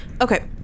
Okay